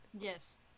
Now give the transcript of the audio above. Yes